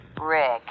Rick